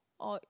or